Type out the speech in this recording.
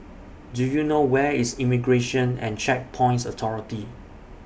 Do YOU know Where IS Immigration and Checkpoints Authority